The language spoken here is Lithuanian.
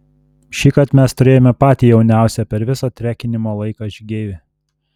šįkart mes turėjome patį jauniausią per visą trekinimo laiką žygeivį